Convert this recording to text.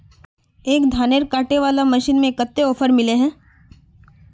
एक धानेर कांटे वाला मशीन में कते ऑफर मिले है?